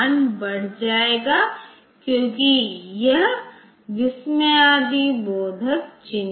यह इस तरह है कि जब भी सामग्री स्रोत रजिस्टर की सामग्री 0 हो जाती है